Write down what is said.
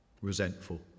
resentful